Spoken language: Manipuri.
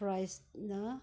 ꯄ꯭ꯔꯥꯏꯁꯅ